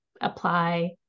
apply